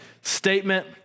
statement